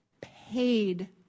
paid